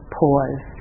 pause